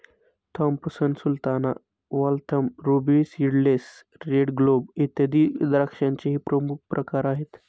Thompson sultana, Waltham, ruby seedless, red globe, इत्यादी द्राक्षांचेही प्रमुख प्रकार आहेत